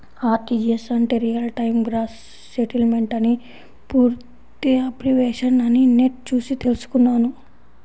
RTGS అంటే real time gross settlement అని పూర్తి అబ్రివేషన్ అని నెట్ చూసి తెల్సుకున్నాను